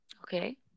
Okay